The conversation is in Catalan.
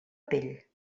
pell